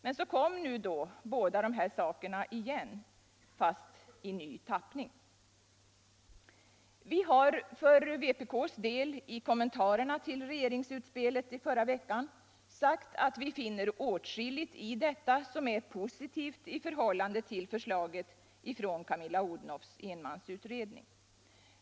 Men så kom nu båda sakerna upp igen i ny tappning. Vi har för vpk:s del i kommentarerna till regeringsutspelet i förra veckan sagt att vi finner åtskilligt i detta som är positivt i förhållande till förslaget från Camilla Odhnoffs enmansutredning.